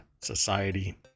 society